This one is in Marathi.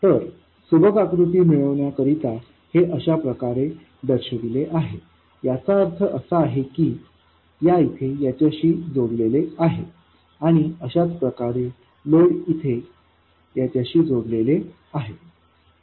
तर सुबक आकृती मिळवण्या करिता हे अशा प्रकारे दर्शविले आहे याचा अर्थ असा आहे की हे या इथे याच्याशी जोडलेले आहे आणि अशाच प्रकारे लोड इथे याच्याशी जोडलेले आहे